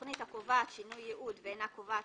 תכנית כאמור לא תופקד בטרם קבע שמאי מטעם